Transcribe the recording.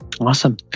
Awesome